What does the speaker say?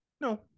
No